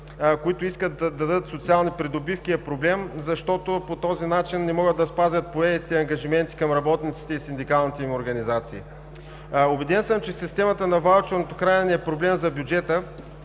които искат да дадат социални придобивки, е проблем, защото по този начин не могат да спазят поетите ангажименти към работниците и синдикалните им организации. Убеден съм, че системата на ваучерното хранене не е проблем за бюджета,